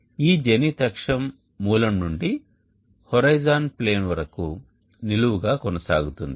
ఈ జెనిత్ అక్షం మూలం నుండి హోరిజోన్ ప్లేన్ వరకు నిలువుగా కొనసాగుతుంది